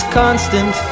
constant